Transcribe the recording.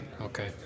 okay